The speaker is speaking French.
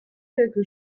quelque